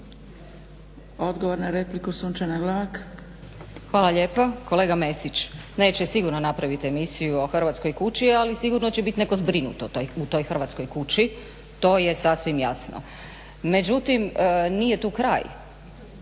Odgovor na repliku Sunčana Glavak. Hvala lijepo. **Glavak, Sunčana (HDZ)** Kolega Mesić neće sigurno napraviti emisiju o Hrvatskoj kući ali sigurno će biti netko zbrinut u toj Hrvatskoj kući. To je sasvim jasno. Međutim nije tu kraj.